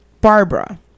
Barbara